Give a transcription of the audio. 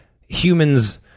humans